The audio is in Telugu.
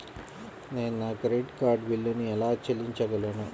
నేను నా క్రెడిట్ కార్డ్ బిల్లును ఎలా చెల్లించగలను?